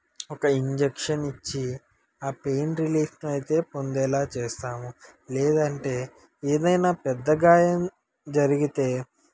ఒక ఇంజక్షన్ ఇచ్చి ఆ పెయిన్ రిలీఫ్ని అయితే పొందేలా చేస్తాము లేదంటే ఏదైనా పెద్ద గాయం జరిగితే